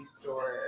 store